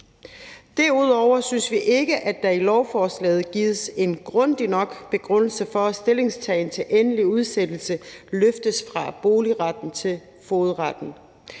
Derudover synes vi ikke, at der i lovforslaget gives en grundig nok begrundelse for, at en stillingtagen til endelig udsættelse løftes fra boligretten til fogedretten.